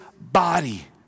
body